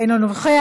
אינו נוכח,